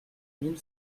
mille